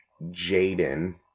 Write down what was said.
Jaden